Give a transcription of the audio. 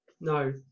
no